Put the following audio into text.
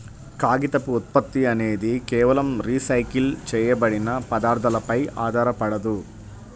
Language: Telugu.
కాగితపు ఉత్పత్తి అనేది కేవలం రీసైకిల్ చేయబడిన పదార్థాలపై ఆధారపడదు